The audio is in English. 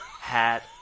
hat